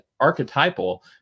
archetypal